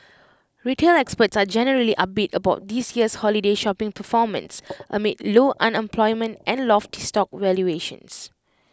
retail experts are generally upbeat about this year's holiday shopping performance amid low unemployment and lofty stock valuations